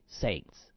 Saints